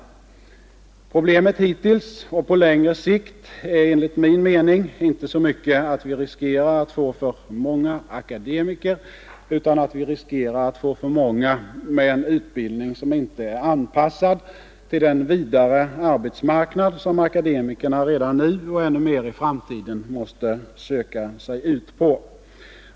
Problemet hittills och på längre sikt är enligt min mening inte så mycket att vi riskerar att få för många akademiker utan att vi riskerar att få för många med en utbildning som inte är anpassad till den vidare arbetsmarknad som akademikerna redan nu och ännu mer i framtiden måste söka sig ut på.